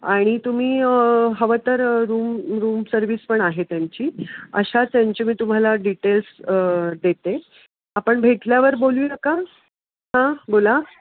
आणि तुम्ही हवं तर रूम रूम सर्विस पण आहे त्यांची अशाच यांची मी तुम्हाला डिटेल्स देते आपण भेटल्यावर बोलूया का हां बोला